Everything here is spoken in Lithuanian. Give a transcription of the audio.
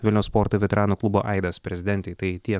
vilniaus sporto veteranų klubo aidas prezidentei tai tiek